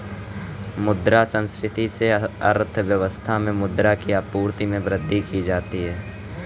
मुद्रा संस्फिति से अर्थव्यवस्था में मुद्रा की आपूर्ति में वृद्धि की जाती है